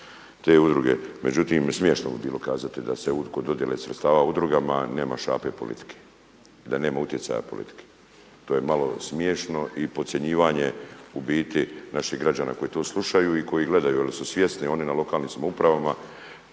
te udruge. Međutim, smiješno bi bilo kazati da se kod dodjele sredstava udrugama nema šape politike i da nema utjecaja politike. To je malo smiješno i podcjenjivanje u biti naših građana koji to slušaju i koji gledaju jer su svjesni oni na lokalnim samoupravama